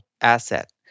asset